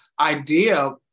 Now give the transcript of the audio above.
idea